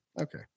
Okay